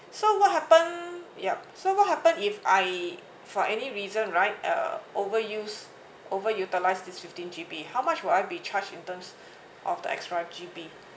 so what happen yup so what happen if I for any reason right uh overuse overutilized this fifteen G_B how much will I be charge in terms of the extra G_B